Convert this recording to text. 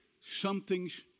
something's